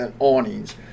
awnings